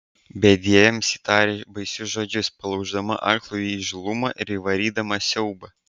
bedieviams ji tarė baisius žodžius palauždama aklą jų įžūlumą ir įvarydama siaubą